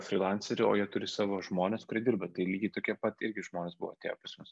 flyranselio o jie turi savo žmones kurie dirba tai lygiai tokie pat irgi žmonės buvo atėję pas mus